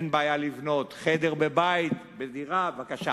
אין בעיה לבנות, חדר בבית, בדירה, בבקשה.